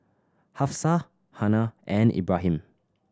Hafsa Hana and Ibrahim